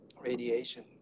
radiation